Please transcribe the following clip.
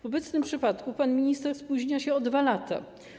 W tym przypadku pan minister spóźnia się o 2 lata.